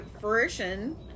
fruition